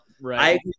Right